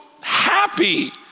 happy